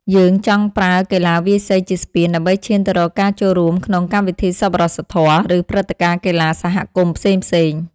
យើងចង់ប្រើកីឡាវាយសីជាស្ពាន ដើម្បីឈានទៅរកការចូលរួមក្នុងកម្មវិធីសប្បុរសធម៌ ឬព្រឹត្តិការណ៍កីឡាសហគមន៍ផ្សេងៗ។